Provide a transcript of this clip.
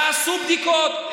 תעשו בדיקות.